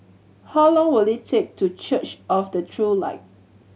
how long will it take to Church of the True Light